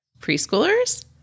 preschoolers